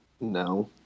No